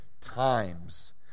times